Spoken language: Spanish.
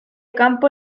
campo